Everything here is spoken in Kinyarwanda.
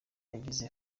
yagize